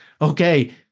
Okay